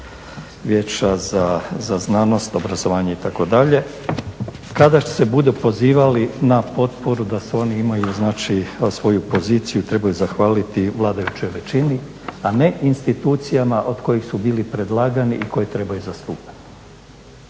Vijeća za znanost, obrazovanje itd. kada se budu pozivali na potporu da oni imaju, znači svoju poziciju, trebaju zahvaliti vladajućoj većini a ne institucijama od kojih su bili predlagani i koje trebaju zastupati.